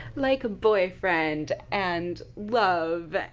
like! boyfriend! and love,